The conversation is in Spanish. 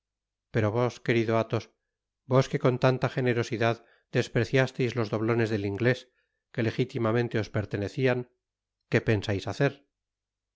pero vos querido athos vos que con tanta gene rosidatl despreciasteis los doblones del inglés que legitimamente os pertenecian qué pensais hacer